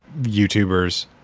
YouTubers